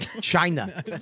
China